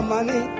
Money